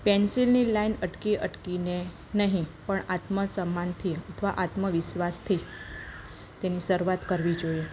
પેન્સિલની line અટકી અટકીને નહીં પણ આત્મસમ્માનથી અથવા આત્મવિશ્વાસથી તેની શરૂઆત કરવી જોઈએ